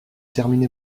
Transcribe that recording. terminé